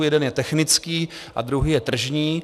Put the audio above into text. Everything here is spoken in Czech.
Jeden je technický a druhý je tržní.